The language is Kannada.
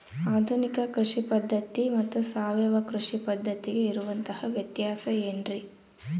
ಆಧುನಿಕ ಕೃಷಿ ಪದ್ಧತಿ ಮತ್ತು ಸಾವಯವ ಕೃಷಿ ಪದ್ಧತಿಗೆ ಇರುವಂತಂಹ ವ್ಯತ್ಯಾಸ ಏನ್ರಿ?